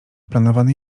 planowany